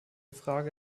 frage